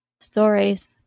stories